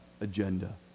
agenda